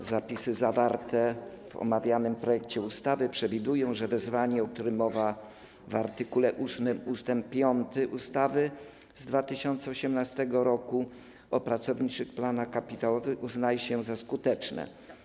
Przepisy zawarte w omawianym projekcie ustawy przewidują, że wezwanie, o którym mowa w art. 8 ust. 5 ustawy z 2018 r. o pracowniczych planach kapitałowych, uznaje się za skuteczne.